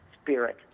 spirit